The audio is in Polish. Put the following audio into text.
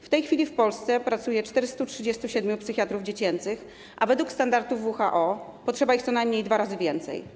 W tej chwili w Polsce pracuje 437 psychiatrów dziecięcych, a według standardów WHO potrzeba ich co najmniej dwa razy więcej.